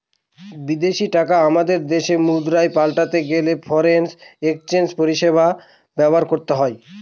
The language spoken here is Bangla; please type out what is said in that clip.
বিদেশী টাকা আমাদের দেশের মুদ্রায় পাল্টাতে গেলে ফরেন এক্সচেঞ্জ পরিষেবা ব্যবহার করতে হয়